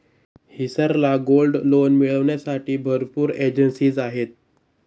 हिसार ला gold loan मिळविण्यासाठी भरपूर एजेंसीज आहेत